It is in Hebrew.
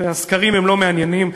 והסקרים לא מעניינים.